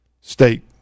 state